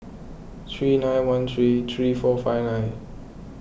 three nine one three three four five nine